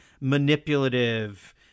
manipulative